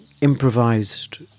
improvised